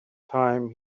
time